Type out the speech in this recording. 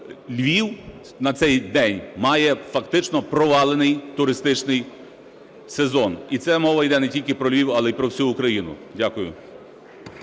бо Львів на цей день має фактично провалений туристичний сезон. І це мова іде не тільки про Львів, але і про всю Україну. Дякую.